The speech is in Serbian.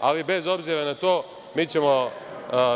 Ali, bez obzira na to, mi ćemo